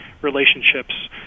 relationships